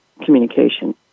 communication